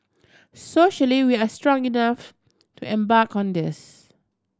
socially we are strong enough to embark on this